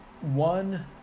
One